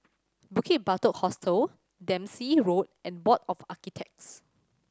Bukit Batok Hostel Dempsey Road and Board of Architects